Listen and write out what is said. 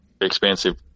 expensive